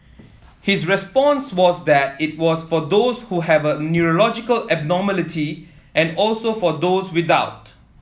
his response was that it was for those who have a neurological abnormality and also for those without